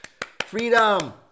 Freedom